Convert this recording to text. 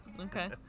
Okay